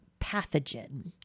pathogen